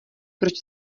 proč